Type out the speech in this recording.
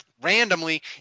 randomly